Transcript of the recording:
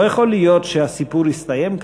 לא יכול להיות שהסיפור הסתיים כך.